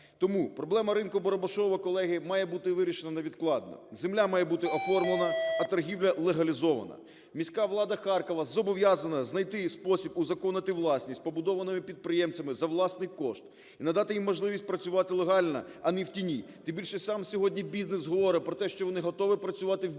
Тому проблема ринку "Барабашово", колеги, має бути вирішена невідкладно, земля має бути оформлена, а торгівля легалізована. Міська влада Харкова зобов'язана знайти спосіб узаконити власність, побудовану підприємцями за власний кошт, і надати їм можливість працювати легально, а не в тіні. Тим більше, сам сьогодні бізнес говорить про те, що вони готові працювати "в білу",